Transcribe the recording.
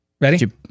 Ready